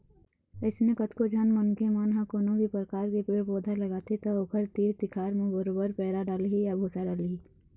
अइसने कतको झन मनखे मन ह कोनो भी परकार के पेड़ पउधा लगाथे त ओखर तीर तिखार म बरोबर पैरा डालही या भूसा डालही